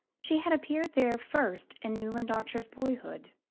she had appeared there first, in newland archer's boyhood,